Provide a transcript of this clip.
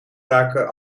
braken